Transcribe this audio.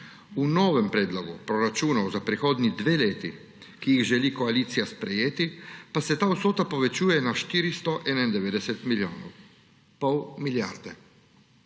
V novem predlogu proračunov za prihodnji dve leti, ki jih želi koalicija sprejeti, pa se ta vsota povečuje na 491 milijonov. Pol milijarde.